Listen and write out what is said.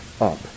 up